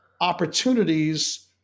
opportunities